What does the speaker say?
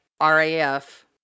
RAF